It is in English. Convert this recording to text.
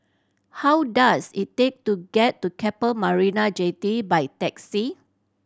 how does it take to get to Keppel Marina Jetty by taxi